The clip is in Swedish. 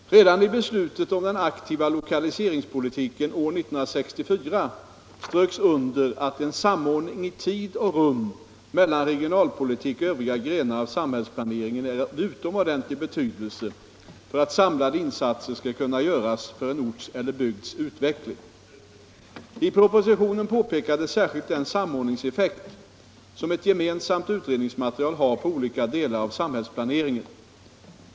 Redan i beslutet om den aktiva lokaliseringspolitiken år 1964 ströks under att en samordning i tid och rum mellan regionalpolitik och övriga grenar av samhällsplaneringen är av utomordentlig betydelse för att samlade insatser skall kunna göras för en orts eller bygds utveckling. I propositionen påpekades särskilt den samordningseffekt som ett gemensamt utredningsmaterial har på olika delar av samhällsplaneringen.